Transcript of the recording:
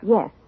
Yes